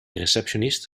receptionist